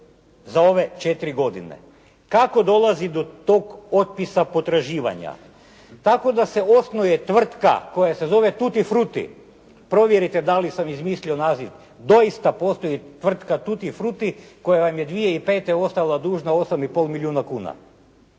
za ove 4 godine. Kako dolazi do tog otpisa potraživanja? Tako da se osnuje tvrtka koja se zove «Tuti fruti». Provjerite da li sam izmislio naziv, doista postoji tvrtka «Tuti fruti» koja vam je 2005. ostala dužna 8 i pol milijuna kuna.